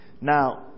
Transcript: Now